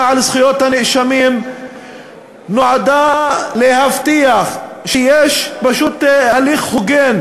על זכויות הנאשמים נועדה להבטיח שיש הליך הוגן